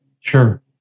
Sure